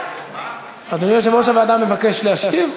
אדוני יושב-ראש הוועדה מבקש להשיב?